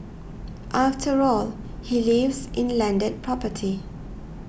after all he lives in landed property